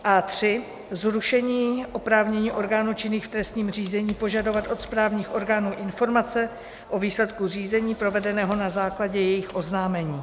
A3 zrušení oprávnění orgánů činných v trestním řízení požadovat od správních orgánů informace o výsledku řízení, provedeného na základě jejich oznámení.